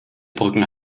brücken